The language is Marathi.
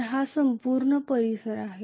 तर हा संपूर्ण परिसर आहे